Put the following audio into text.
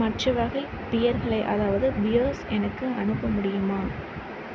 மற்ற வகை பியர்களை அதாவது பியர்ஸ் எனக்கு அனுப்ப முடியுமா